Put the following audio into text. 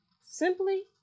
simply